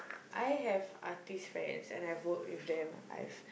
I have artist friends and I've work with them I've